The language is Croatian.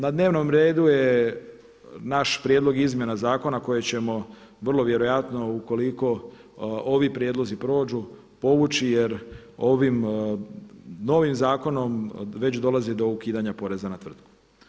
Na dnevnom redu je naš prijedlog izmjena zakona koje ćemo vrlo vjerojatno ukoliko ovi prijedlozi prođu povući jer ovim novim zakonom već dolazi do ukidanja poreza na tvrtku.